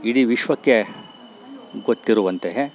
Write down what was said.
ಇಡಿ ವಿಶ್ವಕ್ಕೆ ಗೊತ್ತಿರುವಂತೆಯೆ